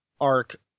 arc